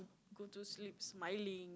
go to sleep smiling